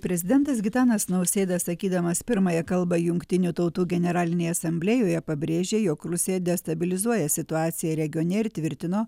prezidentas gitanas nausėda sakydamas pirmąją kalbą jungtinių tautų generalinėje asamblėjoje pabrėžė jog rusija destabilizuoja situaciją regione ir tvirtino